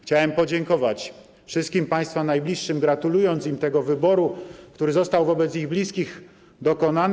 Chciałem podziękować wszystkim Państwa najbliższym, gratulując im tego wyboru, który został wobec ich bliskich dokonany.